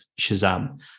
Shazam